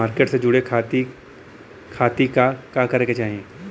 Market से जुड़े खाती का करे के चाही?